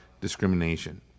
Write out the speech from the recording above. discrimination